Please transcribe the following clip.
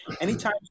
anytime